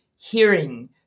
hearing